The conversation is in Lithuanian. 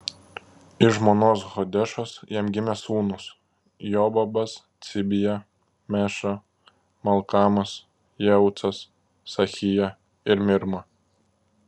iš žmonos hodešos jam gimė sūnūs jobabas cibija meša malkamas jeucas sachija ir mirma